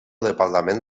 departament